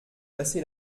passé